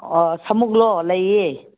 ꯑꯣ ꯁꯃꯨꯛꯂꯣ ꯂꯩꯌꯦ